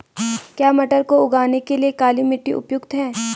क्या मटर को उगाने के लिए काली मिट्टी उपयुक्त है?